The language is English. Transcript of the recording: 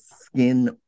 skin